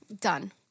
Done